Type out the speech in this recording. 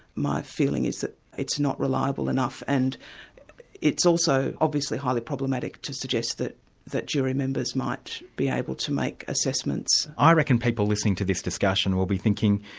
my feeling is that it's not reliable enough and it's also obviously highly problematic to suggest that that jury members might be able to make assessments. i reckon people listening to this discussion will be thinking,